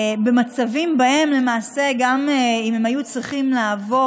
במצבים שבהם אם הם היו צריכים לעבור